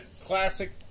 classic